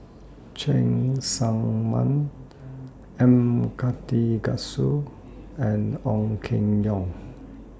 Cheng Tsang Man M Karthigesu and Ong Keng Yong